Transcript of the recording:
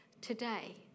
today